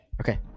Okay